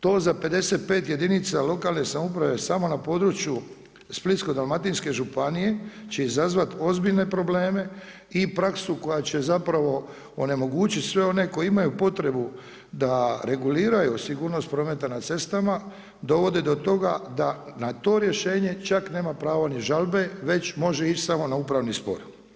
To za 55 jedinica lokalne samouprave samo na području Splitsko-dalmatinske županije će izazvati ozbiljne probleme i praksu koja će zapravo onemogućiti sve one koji imaju potrebu da reguliraju sigurnost prometa na cestama dovode do toga da na to rješenje čak nema pravo ni žalbe već može ići samo na upravni spor.